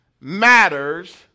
matters